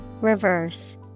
Reverse